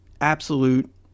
absolute